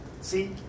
See